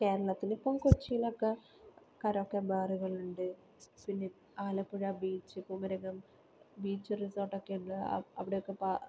കേരളത്തിൽ ഇപ്പം കൊച്ചിയിലൊക്കെ karaoke ബാറുകള്ണ്ട് Alappuzha beach Kumarakom beach റിസോർട്ടൊക്കെയുള്ള അവിടെയൊക്കെ പാർ